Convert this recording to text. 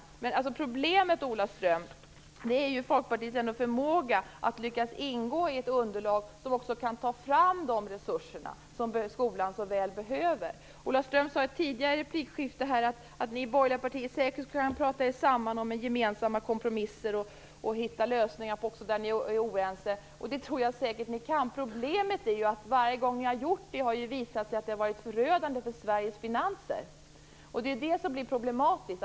Problemet, Ola Ström, är ju Folkpartiets förmåga att ingå i ett underlag som kan ta fram de resurser som skolan så väl behöver. Ola Ström sade i ett tidigare replikskifte att ni borgerliga partier säkert kan prata er samman om gemensamma kompromisser och hitta lösningar där ni är oense, och det tror jag säkert att ni kan. Problemet är ju att varje gång ni har gjort det har det visat sig förödande för Sveriges finanser. Det är det som är problematiskt.